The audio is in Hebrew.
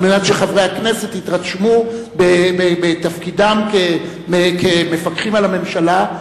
מנת שחברי הכנסת יתרשמו בתפקידם כמפקחים על הממשלה.